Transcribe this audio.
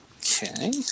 Okay